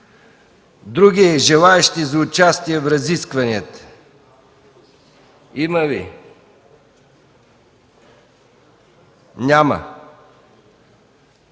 Други желаещи за участие в разискванията? Няма.